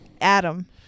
Adam